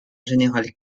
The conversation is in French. général